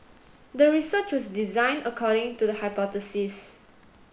the research was designed according to the hypothesis